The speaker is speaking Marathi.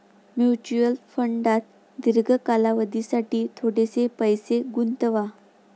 म्युच्युअल फंडात दीर्घ कालावधीसाठी थोडेसे पैसे गुंतवा